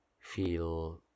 feel